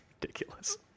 ridiculous